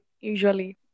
usually